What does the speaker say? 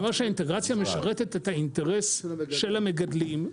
אני אומר שהאינטגרציה משרתת את האינטרס של המגדלים,